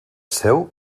seu